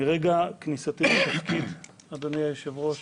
מרגע כניסתי לתפקיד, אדוני היושב-ראש,